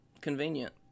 convenient